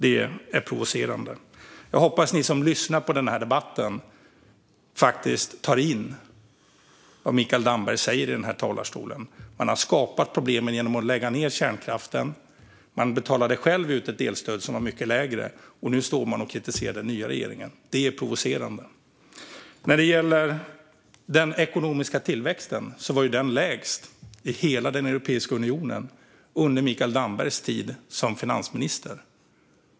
Det är provocerande. Jag hoppas att ni som lyssnar på den här debatten faktiskt tar in vad Mikael Damberg säger här. Man har skapat problemen genom att lägga ned kärnkraften och betalade själv ut ett elstöd som var mycket lägre, och nu står man här och kritiserar den nya regeringen. Det är provocerande. När det gäller den ekonomiska tillväxten var den lägst i hela Europeiska unionen under Mikael Dambergs tid som finansminister.